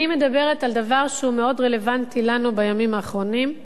אני מדברת על דבר שהוא מאוד רלוונטי לנו בימים האחרונים,